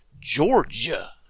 Georgia